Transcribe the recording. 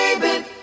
baby